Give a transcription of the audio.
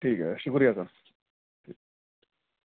ٹھیک ہے شکریہ سر